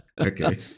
okay